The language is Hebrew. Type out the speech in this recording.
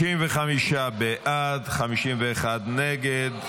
55 בעד, 51 נגד.